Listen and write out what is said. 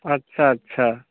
अच्छा अच्छा